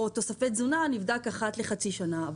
תוספי תזונה נבדקו אחת לחצי שנה,